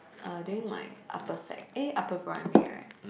uh during my upper sec eh upper primary right